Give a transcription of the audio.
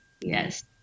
Yes